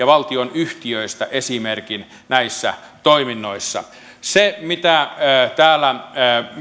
valtionyhtiöistä esimerkin näissä toiminnoissa se mitä täällä